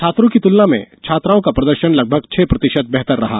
छात्रों की तुलना में छात्राओं का प्रदर्शन लगभग छह प्रतिशत बेहतर रहा